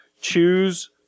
Choose